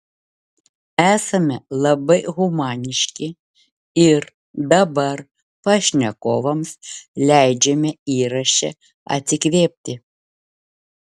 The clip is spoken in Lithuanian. esame labai humaniški ir dabar pašnekovams leidžiame įraše atsikvėpti